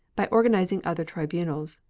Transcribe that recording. by organizing other tribunals.